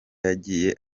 yagize